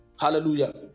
Hallelujah